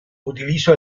utilizó